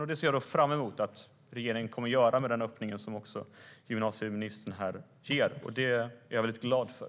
Jag ser fram att regeringen kommer att göra detta genom den öppning som gymnasieministern ger här. Det är jag mycket glad för.